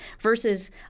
versus